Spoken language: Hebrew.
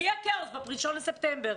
שיהיה כאוס ב-1 בספטמבר,